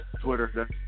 Twitter